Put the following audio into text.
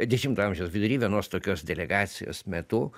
dešimto amžiaus vidurį vienos tokios delegacijos metu